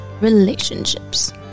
relationships